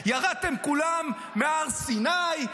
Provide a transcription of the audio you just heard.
ירדתם כולם מהר סיני,